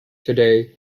today